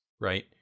Right